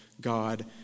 God